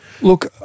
Look